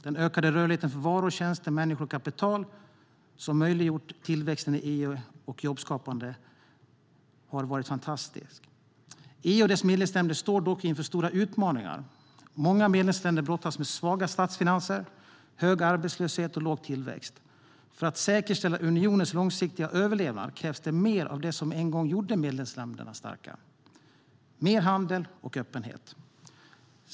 Den ökade rörligheten för varor, tjänster, människor och kapital som har möjliggjort tillväxten och jobbskapandet i EU har varit fantastisk. EU och dess medlemsländer står dock inför stora utmaningar. Många medlemsländer brottas med svaga statsfinanser, hög arbetslöshet och låg tillväxt. För att säkerställa unionens långsiktiga överlevnad krävs mer av det som en gång gjorde medlemsländerna starka: handel och öppenhet.